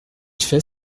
qu’il